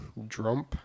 Drump